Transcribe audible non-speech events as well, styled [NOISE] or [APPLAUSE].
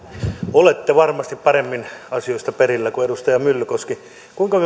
olette varmasti paremmin asioista perillä kuin edustaja myllykoski kuinka [UNINTELLIGIBLE]